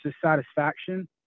satisfaction